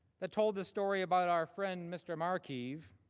that told the story about our friend mr. marquise,